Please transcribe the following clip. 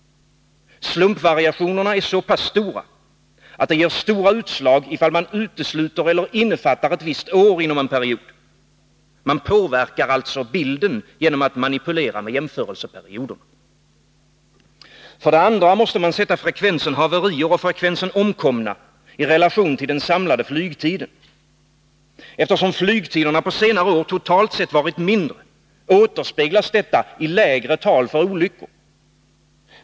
Slumpvariationerna är så pass stora att det ger stora utslag, ifall man utesluter eller innefattar ett visst år inom en period. Man påverkar alltså bilden genom att manipulera med jämförelseperioderna. För det andra måste man sätta frekvensen haverier och frekvensen omkomna i relation till den samlade flygtiden. Eftersom flygtiderna på senare år totalt sett varit mindre, återspeglas detta i lägre tal för olyckor.